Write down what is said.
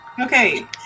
Okay